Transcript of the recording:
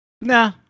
Nah